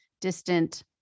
distant